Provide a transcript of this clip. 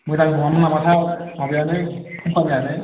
मोजां नङामोन नामाथाय माबायानो कम्पानियानो